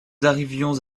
arrivions